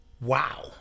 Wow